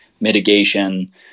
mitigation